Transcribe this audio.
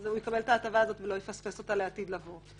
הוא יקבל את ההטבה הזאת ולא יפספס אותה לעתיד לבוא.